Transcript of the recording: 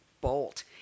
bolt